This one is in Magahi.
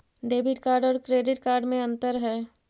डेबिट कार्ड और क्रेडिट कार्ड में अन्तर है?